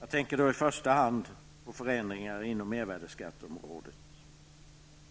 Jag tänker då i första hand på förändringar inom mervärdeskatteområdet.